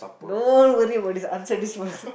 don't worry about this answer this first